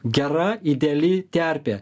gera ideali terpė